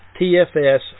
TFS